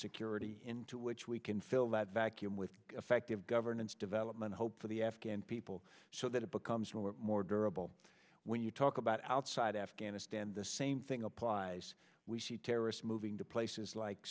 security into which we can fill that vacuum with effective governance development hope for the afghan people so that it becomes more and more durable when you talk about outside afghanistan the same thing applies we see terrorists moving to places like